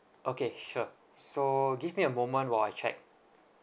okay sure so give me a moment while I check